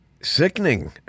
sickening